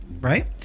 right